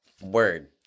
Word